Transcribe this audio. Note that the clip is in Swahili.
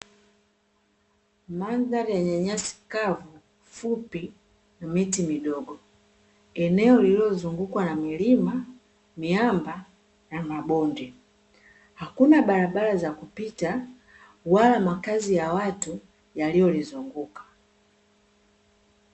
Mandhari yenye nyasi kavu fupi na ndefu miti midogo, eneo liliozungukwa na milima, miamba na mabonde. Hakuna barabara za kupita wala makazi ya watu yaliyo lizunguka.